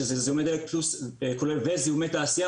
שזה זיהומי דלק וזיהומי תעשייה,